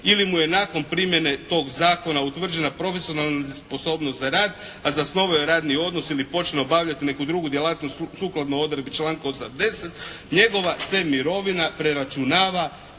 ili mu je nakon primjene tog zakona utvrđena profesionalna nesposobnost za rad, a zasnovao je radni odnos ili počeo obavljati neku drugu djelatnost sukladno odredbi članka 80. njegova se mirovina preračunava